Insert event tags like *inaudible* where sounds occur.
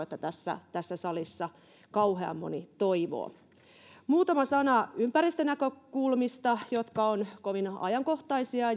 *unintelligible* että sitäkään tässä salissa kauhean moni toivoo muutama sana ympäristönäkökulmista jotka ovat kovin ajankohtaisia *unintelligible*